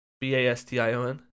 B-A-S-T-I-O-N